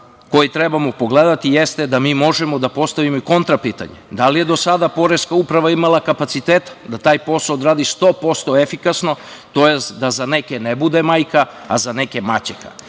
koji treba da pogledamo jeste da mi možemo da postavimo i kontra pitanje – da li je do sada Poreska uprava imala kapaciteta da taj posao odradi 100% efikasno tj. da za neke ne bude majka a za neke maćeha?